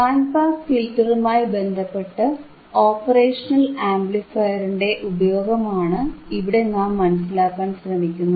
band pass ഫിൽറ്ററുമായി ബന്ധപ്പെട്ട് operational ആംപ്ലിഫയറിന്റെ ഉപയോഗമാണ് ഇവിടെ നാം മനസിലാക്കാൻ ശ്രമിക്കുന്നത്